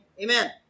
amen